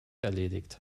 erledigt